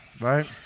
right